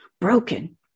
Broken